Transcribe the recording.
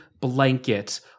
blanket